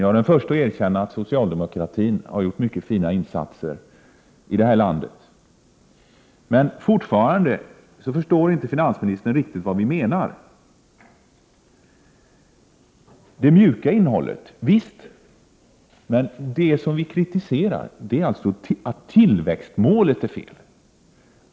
Jag är den förste att erkänna att socialdemokratin har gjort mycket fina insatser i det här landet. Men fortfarande förstår inte finansministern riktigt vad vi menar. Det mjuka innehållet är bra — visst. Det som vi kritiserar är att tillväxtmålet är fel.